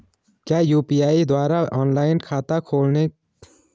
क्या यु.पी.आई द्वारा ऑनलाइन खाता खोला जा सकता है सभी प्रकार के लाभ ले सकते हैं?